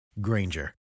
Granger